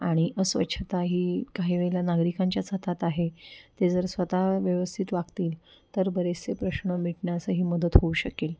आणि अस्वच्छता ही काही वेळेला नागरिकांच्याच हातात आहे ते जर स्वतः व्यवस्थित वागतील तर बरेचसे प्रश्न मिटण्यासही मदत होऊ शकेल